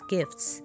Gifts